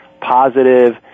positive